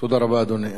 תודה רבה, אדוני.